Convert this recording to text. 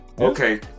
Okay